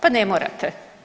Pa ne morate.